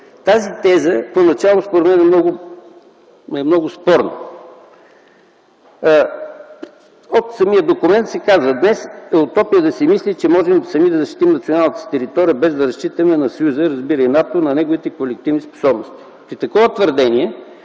тази теза поначало е много спорна. От самия документ се казва: днес е утопия да се мисли, че можем сами да защитим националната си територия без да разчитаме на Съюза, разбирай НАТО, на неговите колективни способности. При такова твърдение,